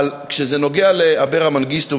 אבל כשזה נוגע לאברה מנגיסטו,